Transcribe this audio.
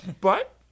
But-